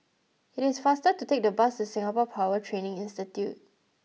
it is faster to take the bus to Singapore Power Training Institute